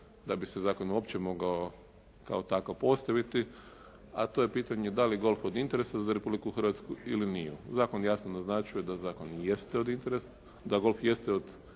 da bi se zakon uopće mogao kao takav postaviti, a to je pitanje da li je golf od interesa za Republiku Hrvatsku ili nije. Zakon jasno naznačuje da zakon jeste od interesa, da golf jeste od